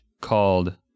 called